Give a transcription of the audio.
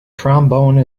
trombone